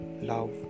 Love